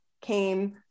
came